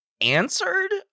answered